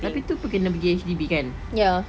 tapi tu pun kena pergi H_D_B kan